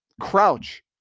crouch